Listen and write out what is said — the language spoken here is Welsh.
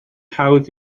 hawdd